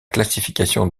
classification